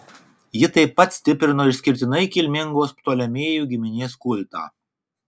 ji taip pat stiprino išskirtinai kilmingos ptolemėjų giminės kultą